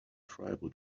tribal